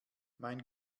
mein